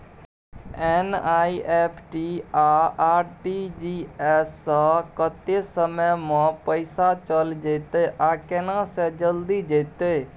NEFT आ RTGS स कत्ते समय म पैसा चैल जेतै आ केना से जल्दी जेतै?